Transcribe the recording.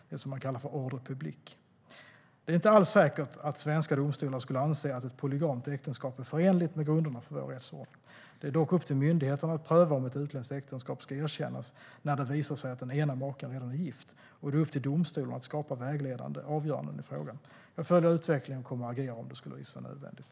Detta kallas ordre public. Det är inte alls säkert att svenska domstolar skulle anse att ett polygamt äktenskap är förenligt med grunderna för vår rättsordning. Det är dock upp till myndigheterna att pröva om ett utländskt äktenskap ska erkännas när det visar sig att den ena maken redan är gift, och det är upp till domstolarna att skapa vägledande avgöranden i frågan. Jag följer utvecklingen och kommer att agera om det skulle visa sig nödvändigt.